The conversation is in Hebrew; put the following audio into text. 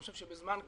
אני חושב שבזמן כזה,